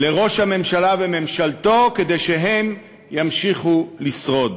לראש הממשלה וממשלתו כדי שהם ימשיכו לשרוד.